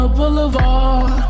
Boulevard